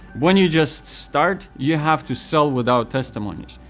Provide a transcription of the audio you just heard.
when you just start you have to sell without testimonies.